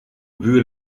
buur